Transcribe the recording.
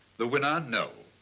the winner, no,